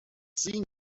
seen